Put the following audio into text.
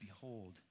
behold